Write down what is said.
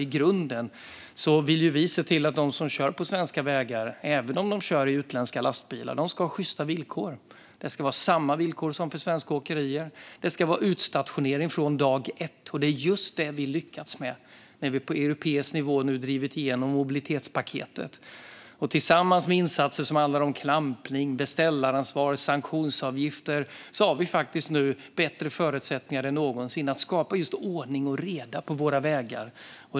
I grunden vill ju vi se till att de som kör på svenska vägar - även om de kör i utländska lastbilar - ska ha sjysta villkor. Det ska vara samma villkor som för svenska åkerier. Det ska vara utstationering från dag ett. Det är just detta vi har lyckats med när vi på europeisk nivå har drivit igenom mobilitetspaketet. Tillsammans med insatser som handlar om klampning, beställaransvar och sanktionsavgifter har vi nu bättre förutsättningar än någonsin att skapa ordning och reda på vägarna.